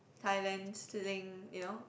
Thailand's Sling you know